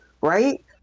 right